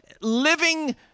living